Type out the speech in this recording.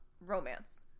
romance